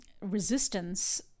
resistance